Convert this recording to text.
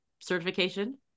certification